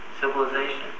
civilization